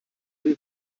den